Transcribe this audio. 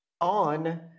on